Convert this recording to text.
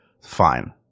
fine